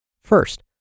First